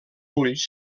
ulls